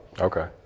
Okay